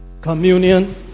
communion